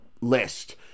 list